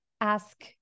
ask